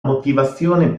motivazione